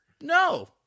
No